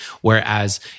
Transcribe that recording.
Whereas